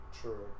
True